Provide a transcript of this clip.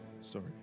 Sorry